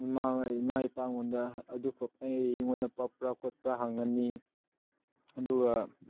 ꯏꯃꯥ ꯍꯣꯏ ꯏꯃꯥ ꯏꯄꯥꯉꯣꯟꯗ ꯑꯩꯉꯣꯟꯗ ꯄꯛꯄ꯭ꯔ ꯈꯣꯠꯄ꯭ꯔ ꯍꯪꯉꯅꯤ ꯑꯗꯨꯒ